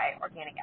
organic